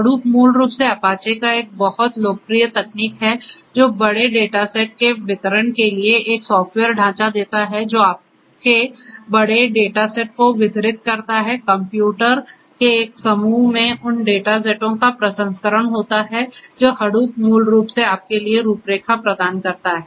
Hadoop मूल रूप से Apache का एक बहुत लोकप्रिय तकनीक है जो बड़े डेटासेट के वितरण के लिए एक सॉफ्टवेयर ढांचा देता है जो आपके बड़े डेटासेट को वितरित करता है कंप्यूटर के एक समूह में उन डेटा सेटों का प्रसंस्करण होता है जो Hadoop मूल रूप से आपके लिए रूपरेखा प्रदान करता है